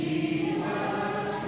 Jesus